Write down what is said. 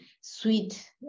sweet